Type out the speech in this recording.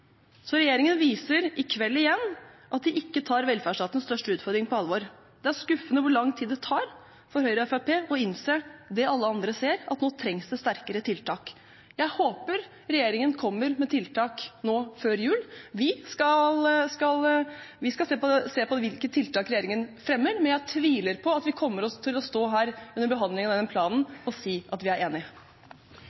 Regjeringen viser i kveld igjen at de ikke tar velferdsstatens største utfordring på alvor. Det er skuffende hvor lang tid det tar for Høyre og Fremskrittspartiet å innse det alle andre ser, at nå trengs det sterkere tiltak. Jeg håper regjeringen kommer med tiltak nå før jul. Vi skal se på hvilke tiltak regjeringen fremmer, men jeg tviler på at vi kommer til å stå her under behandlingen av denne planen